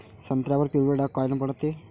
संत्र्यावर पिवळे डाग कायनं पडते?